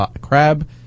crab